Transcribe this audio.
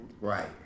right